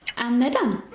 and they're done